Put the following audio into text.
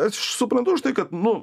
aš suprantu už tai kad nu